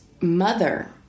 mother